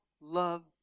love